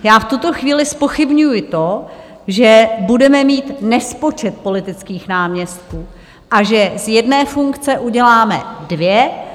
Já v tuto chvíli zpochybňuji to, že budeme mít nespočet politických náměstků a že z jedné funkce uděláme dvě.